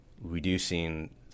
reducing